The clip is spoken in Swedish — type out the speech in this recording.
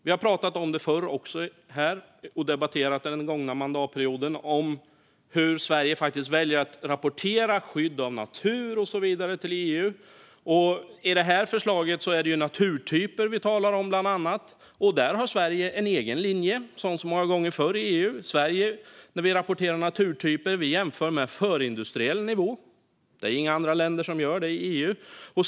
Vi har pratat om detta förr, och vi har debatterat under den gångna mandatperioden hur Sverige väljer att rapportera skydd av natur och så vidare till EU. I det här förslaget handlar det om naturtyper, bland annat. Där har Sverige en egen linje, som många gånger förr, i EU. När Sverige rapporterar naturtyper jämför vi med förindustriell nivå. Det är inga andra länder i EU som gör det.